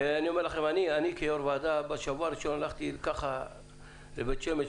בשבוע הראשון לכהונתי כיו"ר וועדה ביקרתי במפעל בבית שמש,